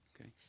Okay